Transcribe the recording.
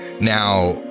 Now